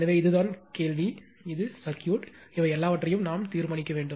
எனவே இதுதான் கேள்வி இது சர்க்யூட் இவை எல்லாவற்றையும் நாம் தீர்மானிக்க வேண்டும்